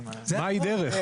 מהי "דרך"?